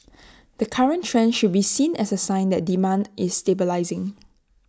the current trend should be seen as A sign that demand is stabilising